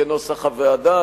כנוסח הוועדה.